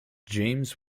james